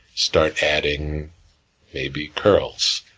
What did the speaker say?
start adding maybe curls,